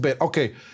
Okay